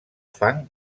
fang